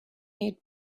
need